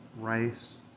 rice